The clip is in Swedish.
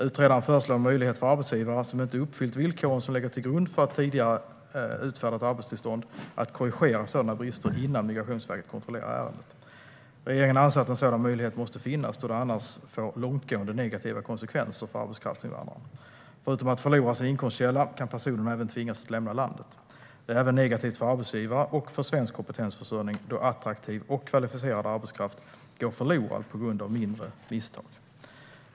Utredaren föreslår en möjlighet för arbetsgivare, som inte uppfyllt villkoren som legat till grund för ett tidigare utfärdat arbetstillstånd, att korrigera sådana brister innan Migrationsverket kontrollerar ärendet. Regeringen anser att en sådan möjlighet måste finnas då det annars får långtgående negativa konsekvenser för arbetskraftsinvandraren. Förutom att förlora sin inkomstkälla kan personen även tvingas att lämna landet. Det är även negativt för arbetsgivare och för svensk kompetensförsörjning då attraktiv och kvalificerad arbetskraft går förlorad på grund av mindre misstag.